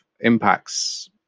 impacts